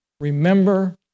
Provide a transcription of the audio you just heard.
Remember